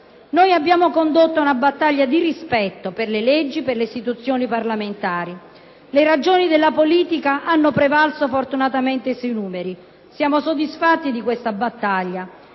Noi abbiamo condotto una battaglia di rispetto per le leggi e per le istituzioni parlamentari. Le ragioni della politica hanno prevalso fortunatamente sui numeri e siamo soddisfatti di questa battaglia,